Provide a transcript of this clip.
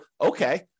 okay